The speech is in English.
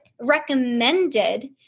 recommended